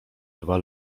dwa